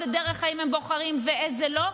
איזו דרך חיים הם בוחרים ואיזו לא,